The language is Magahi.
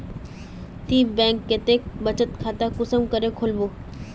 ती बैंक कतेक बचत खाता कुंसम करे खोलबो?